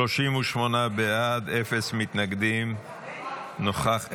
38 בעד, אפס מתנגדים, נוכח אחד.